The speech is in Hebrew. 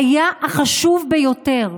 החשוב ביותר,